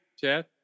Chad